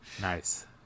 nice